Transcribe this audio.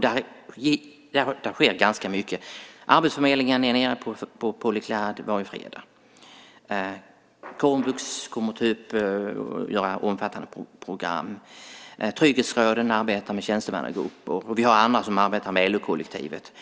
Det sker ganska mycket. Arbetsförmedlingen är nere på Polyclad varje fredag. Komvux kommer att genomföra omfattande program. Trygghetsråden arbetar med tjänstemannagrupper och vi har andra som arbetar med LO-kollektivet.